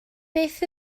beth